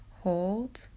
Hold